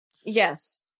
Yes